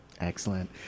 Excellent